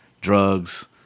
drugs